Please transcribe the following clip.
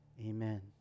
amen